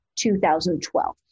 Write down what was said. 2012